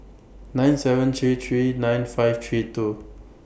nine seven three three nine five three two